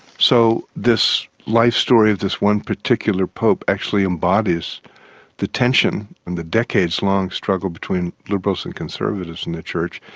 so this life story of this one particular pope actually embodies the tension and the decades-long struggle between liberals and conservatives in the church.